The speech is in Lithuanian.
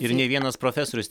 ir ne vienas profesorius